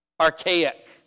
archaic